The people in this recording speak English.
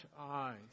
eyes